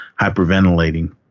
hyperventilating